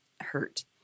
hurt